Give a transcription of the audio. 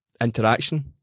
interaction